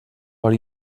per